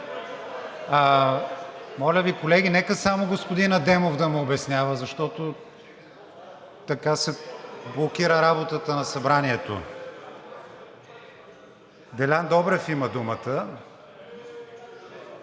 Моля Ви, колеги! Нека само господин Адемов да му обяснява, защото така се блокира работата на Събранието. Делян Добрев има думата.